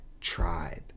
tribe